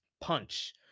punch